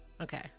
okay